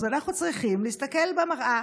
אנחנו צריכים להסתכל במראה